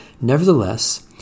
nevertheless